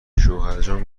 شوهرجان